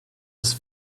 ist